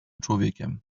człowiekiem